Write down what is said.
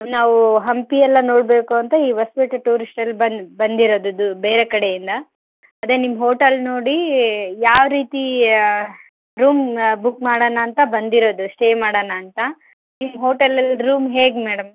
ನಾವು ಹಂಪಿ ಎಲ್ಲ ನೋಡಬೇಕು ಅಂತ ಈ ಹೊಸ್ಪೇಟೆ ಟೂರಿಸ್ಟಲ್ಲಿ ಬಂದಿರೋದು ಬೇರೆ ಕಡೆಯಿಂದ ಅದೇ ನಿಮ್ಮ ಹೋಟಲ್ ನೋಡಿ ಯಾವ ರೀತಿ ರೂಮ್ ಬುಕ್ ಮಾಡೋಣ ಅಂತ ಬಂದಿರೋದು ಸ್ಟೇ ಮಾಡೋಣ ಅಂತ ನಿಮ್ಮ ಹೋಟೆಲಲ್ಲಿ ರೂಮ್ ಹೇಗೆ ಮೇಡಮ್